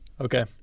Okay